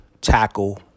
tackle